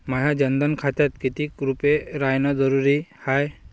माह्या जनधन खात्यात कितीक रूपे रायने जरुरी हाय?